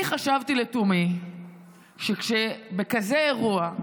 אני חשבתי לתומי שבכזה אירוע,